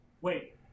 Wait